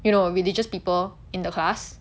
you know religious people in the class